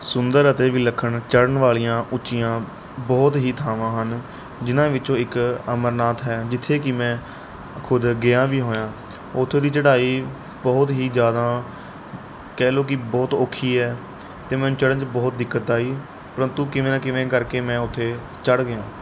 ਸੁੰਦਰ ਅਤੇ ਵਿਲੱਖਣ ਚੜ੍ਹਨ ਵਾਲ਼ੀਆਂ ਉੱਚੀਆਂ ਬਹੁਤ ਹੀ ਥਾਵਾਂ ਹਨ ਜਿਹਨਾਂ ਵਿੱਚੋਂ ਇੱਕ ਅਮਰਨਾਥ ਹੈ ਜਿੱਥੇ ਕਿ ਮੈਂ ਖੁਦ ਗਿਆ ਵੀ ਹੋਇਆ ਉੱਥੋਂ ਦੀ ਚੜ੍ਹਾਈ ਬਹੁਤ ਹੀ ਜ਼ਿਆਦਾ ਕਹਿ ਲਓ ਕਿ ਬਹੁਤ ਔਖੀ ਹੈ ਅਤੇ ਮੈਨੂੰ ਚੜ੍ਹਨ 'ਚ ਬਹੁਤ ਦਿੱਕਤ ਆਈ ਪਰੰਤੂ ਕਿਵੇਂ ਨਾ ਕਿਵੇਂ ਕਰਕੇ ਮੈਂ ਉੱਥੇ ਚੜ੍ਹ ਗਿਆ